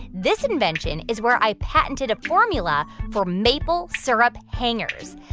this invention is where i patented a formula for maple syrup hangers.